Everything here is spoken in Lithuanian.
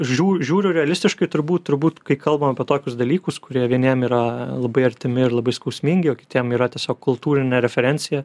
žiū žiūriu realistiškai turbūt turbūt kai kalbam apie tokius dalykus kurie vieniem yra labai artimi ir labai skausmingi o kitiem yra tiesiog kultūrine referencija